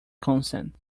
consent